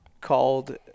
called –